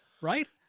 right